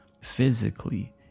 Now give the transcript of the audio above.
physically